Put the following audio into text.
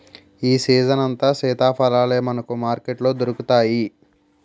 ఈ సీజనంతా సీతాఫలాలే మనకు మార్కెట్లో దొరుకుతాయి